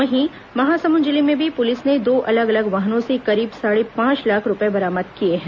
वहीं महासमुद जिले में भी पुलिस ने दो अलग अलग वाहनों से करीब साढ़े पांच लाख रूपये बरामद किए हैं